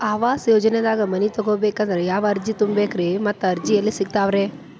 ಆವಾಸ ಯೋಜನೆದಾಗ ಮನಿ ತೊಗೋಬೇಕಂದ್ರ ಯಾವ ಅರ್ಜಿ ತುಂಬೇಕ್ರಿ ಮತ್ತ ಅರ್ಜಿ ಎಲ್ಲಿ ಸಿಗತಾವ್ರಿ?